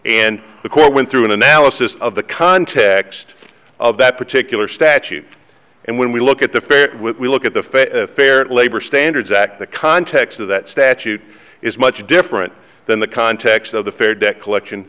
and the court went through an analysis of the context of that particular statute and when we look at the fair when we look at the fair fair labor standards act the context of that statute is much different than the context of the fair debt collection